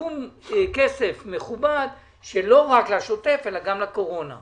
סכום כסף מכובד, לא רק לשוטף אלא גם לקורונה.